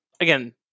again